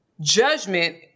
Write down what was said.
judgment